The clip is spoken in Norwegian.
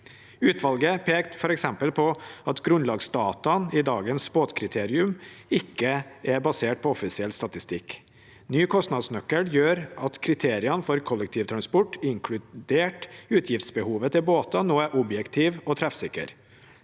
Utvalget pekte f.eks. på at grunnlagsdataene i dagens båtkriterium ikke er basert på offisiell statistikk. Ny kostnadsnøkkel gjør at kriteriene for kollektivtransport, inkludert utgiftsbehovet til båter, nå er objektive og treffsikre.